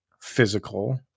physical